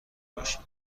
باشیم